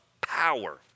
power